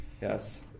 Yes